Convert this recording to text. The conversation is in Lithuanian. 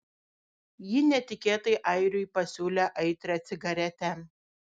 ji netikėtai airiui pasiūlė aitrią cigaretę